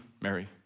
Mary